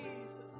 Jesus